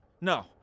No